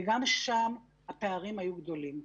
וגם שם הפערים היו גדולים.